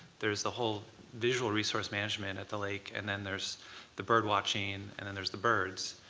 there's the whole visual resource management at the lake, and then there's the birdwatching, and then there's the birds,